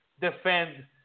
defend